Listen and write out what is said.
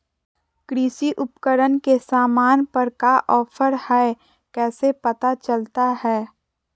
कृषि उपकरण के सामान पर का ऑफर हाय कैसे पता चलता हय?